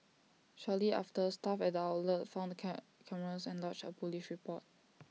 shortly after staff at the outlet found the can cameras and lodged A Police report